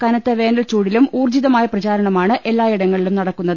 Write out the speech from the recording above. കനത്ത വേനൽചൂ ടിലും ഊർജ്ജിതമായ പ്രചാരണമാണ് എല്ലായിടങ്ങളിലും നട ക്കുന്നത്